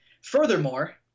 Furthermore